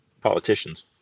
politicians